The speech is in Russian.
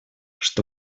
что